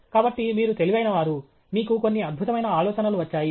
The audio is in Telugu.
కాబట్టి మీరు తెలివైనవారు మీకు కొన్ని అద్భుతమైన ఆలోచనలు వచ్చాయి